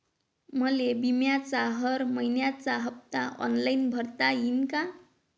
मले बिम्याचा हर मइन्याचा हप्ता ऑनलाईन भरता यीन का?